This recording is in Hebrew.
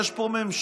יש פה ממשלה,